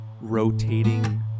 rotating